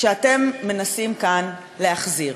שאתם מנסים כאן להחזיר.